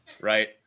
Right